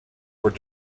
were